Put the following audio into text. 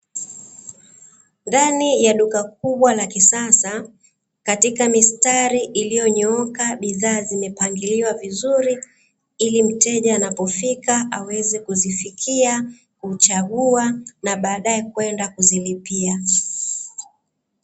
Ndani ya duka kubwa la kisasa, katika mistari iliyonyooka bidhaa zimepangiliwa vizuri, ili mteja anapofika aweze kuzifikia, kuchagua na baadae kwenda kuzilipia.